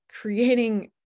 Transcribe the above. creating